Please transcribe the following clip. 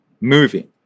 moving